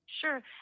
Sure